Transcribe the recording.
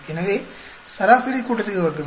எனவே சராசரி கூட்டுத்தொகை வர்க்கங்கள்